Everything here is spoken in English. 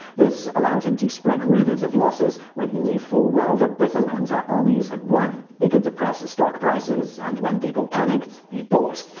this allowed him to spread rumors of losses, when he knew full well that britain and her armies had won. he could depress stock prices and, when people panicked, he bought.